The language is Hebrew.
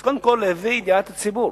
אז קודם כול, לידיעת הציבור,